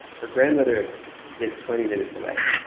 her grandmother lives twenty minutes away